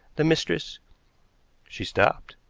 the mistress she stopped.